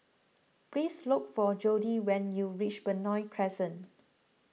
please look for Jordi when you reach Benoi Crescent